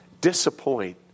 disappoint